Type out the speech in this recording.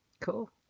Cool